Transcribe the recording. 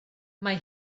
mae